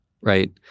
right